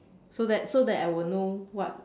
so that so that I will know what